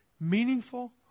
meaningful